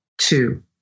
Two